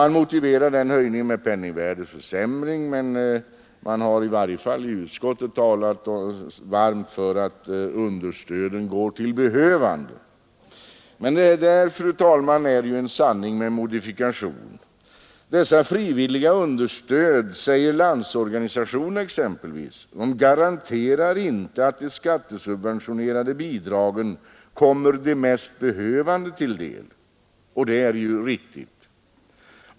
Man motiverar den höjningen med penningvärdeförsämringen. Men man har i varje fall i utskottet talat varmt om att Detta är emellertid, fru talman, en sanning med modifikation. Dessa frivilliga understöd, säger exempelvis Landsorganisationen, garanterar inte att de subventionerade bidragen kommer de mest behövande till del — och det är ju riktigt.